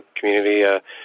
community